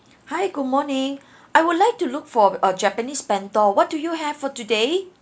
hi good morning I would like to look for a japanese bento what do you have for today